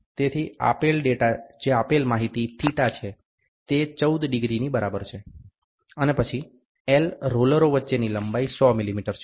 તેથી આપેલ ડેટા જે આપેલ માહિતી θ છે તે 14 ડિગ્રીની બરાબર છે અને પછી L રોલરો વચ્ચેની લંબાઈ 100 મિલીમીટર છે